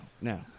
no